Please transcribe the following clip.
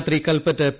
രാത്രി കൽപ്പറ്റ പി